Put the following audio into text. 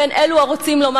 אלו הרוצים לומר,